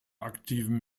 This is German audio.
aktiven